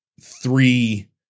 three